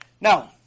Now